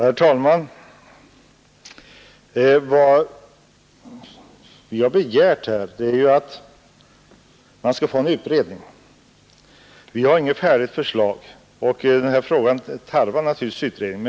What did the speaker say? Herr talman! Vad vi har begärt är att få en utredning — vi har inget färdigt förslag, och den här frågan tarvar naturligtvis utredning.